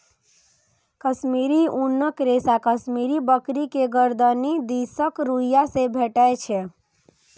कश्मीरी ऊनक रेशा कश्मीरी बकरी के गरदनि दिसक रुइयां से भेटै छै